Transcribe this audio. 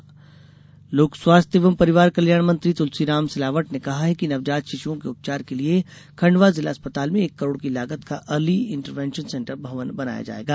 सिलावट लोक स्वास्थ्य एवं परिवार कल्याण मंत्री तुलसीराम सिलावट ने कहा है कि नवजात शिशुओं के उपचार के लिये खण्डवा जिला अस्पताल में एक करोड की लागत का अर्ली इंटरवेंशन सेंटर भवन बनाया जायेगा